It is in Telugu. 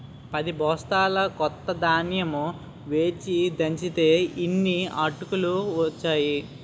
పదిబొస్తాల కొత్త ధాన్యం వేచి దంచితే యిన్ని అటుకులు ఒచ్చేయి